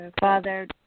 Father